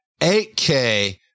8k